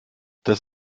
das